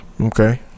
Okay